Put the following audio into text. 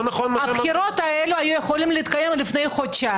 הבחירות האלה היו יכולות להתקיים לפני חודשיים.